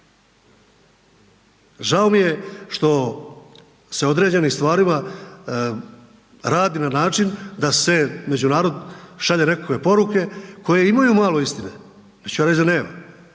Žao mi je što se određenim stvarima radi na način da se među narod šalju nekakve poruke koje imaju malo istine, neću ja reći da nema,